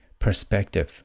perspective